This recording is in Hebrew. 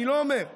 אני לא אומר,